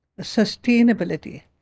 sustainability